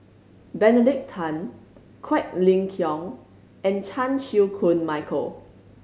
Benedict Tan Quek Ling Kiong and Chan Chew Koon Michael